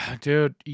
Dude